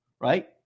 right